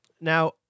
Now